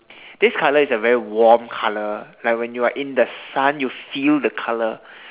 this colour is a very warm colour like when you are in the sun you feel the colour